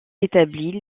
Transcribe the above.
établi